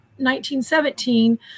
1917